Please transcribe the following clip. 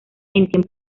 tiempos